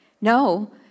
no